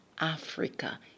Africa